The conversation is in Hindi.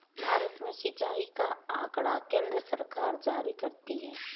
भारत में सिंचाई का आँकड़ा केन्द्र सरकार जारी करती है